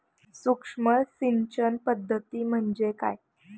सूक्ष्म सिंचन पद्धती म्हणजे काय?